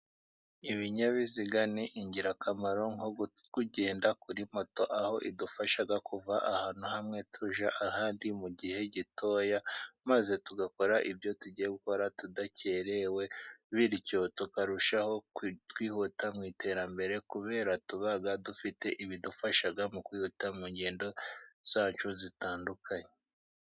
Ibinyabiziga ni ingirakamaro, nko kgenda kuri moto aho idufasha kuva ahantu hamwe tujya ahandi mu gihe gitoya, maze tugakora ibyo tugiye gukora tudakerewe bityo tukarushaho kutwihuta mu iterambere, kubera tuba dufite ibidufasha mu kwihuta mu ngendo zacu zitandukanye.